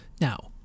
Now